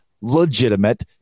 legitimate